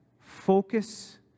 focus